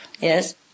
yes